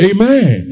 Amen